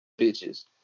bitches